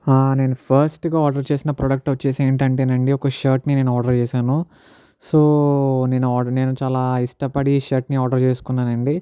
ఆ నేను ఫస్ట్గా ఆర్డర్ చేసిన ప్రాడెక్ట్ వచ్చి ఏంటంటే అండి ఒక షర్ట్ని నేను ఆర్డర్ చేశాను సో నేను ఆర్ద్ నేను చాలా ఇష్టపడి షర్ట్ని ఆర్డర్ చేసుకున్నాను అండి